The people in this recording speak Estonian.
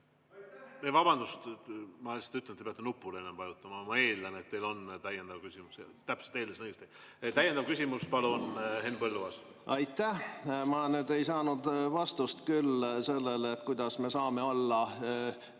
Vabandust, ma lihtsalt ütlen, et te peate nuppu vajutama. Ma eeldan, et teil on täiendav küsimus. Täpselt, eeldasin õigesti. Täiendav küsimus, palun, Henn Põlluaas! Aitäh! Ma nüüd ei saanud vastust küll sellele, kuidas me saame olla